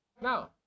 now